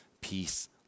peace